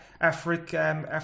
African